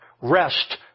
Rest